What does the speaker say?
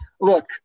Look